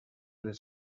les